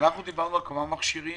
דברנו על כמה מכשירים